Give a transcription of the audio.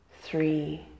three